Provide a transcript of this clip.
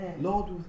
Lord